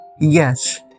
Yes